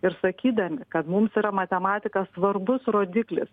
ir sakydami kad mums yra matematika svarbus rodiklis